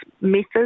methods